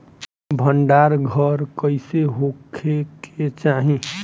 भंडार घर कईसे होखे के चाही?